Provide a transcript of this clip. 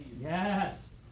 Yes